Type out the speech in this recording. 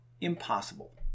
impossible